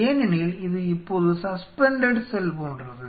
ஏனெனில் இது இப்போது சஸ்பெண்டெட் செல் போன்றது